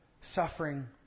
suffering